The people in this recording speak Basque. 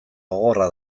gogorra